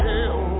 Hell